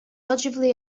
ogilvy